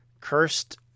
cursed